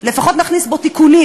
לפחות נכניס בו תיקונים.